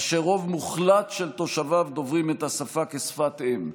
אשר רוב מוחלט של תושביו דוברים את השפה כשפת אם.